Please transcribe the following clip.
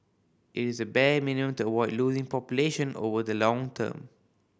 it is the bare minimum to avoid losing population over the long term